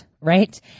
right